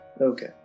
Okay